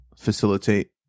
facilitate